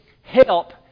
help